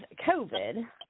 COVID